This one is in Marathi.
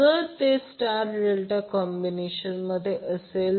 जर ते स्टार डेल्टा कॉम्बिनेशनमध्ये असेल